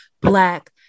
Black